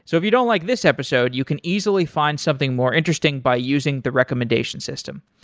so if you don't like this episode, you can easily find something more interesting by using the recommendation system.